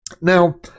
Now